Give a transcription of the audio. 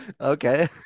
Okay